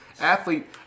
athlete